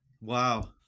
wow